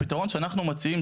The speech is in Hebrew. הפתרון שאנחנו מציעים,